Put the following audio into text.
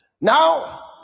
now